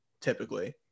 Typically